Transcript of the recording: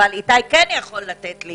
אבל איתי כן יכול לתת לי